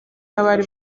n’abari